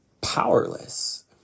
powerless